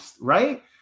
right